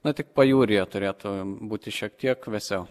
na tik pajūryje turėtų būti šiek tiek vėsiau